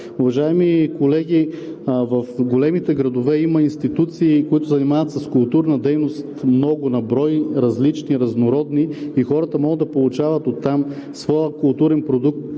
Уважаеми колеги, в големите градове има институции, които се занимават с културна дейност – много на брой различни, разнородни, и хората могат да получават оттам своя културен продукт,